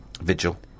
vigil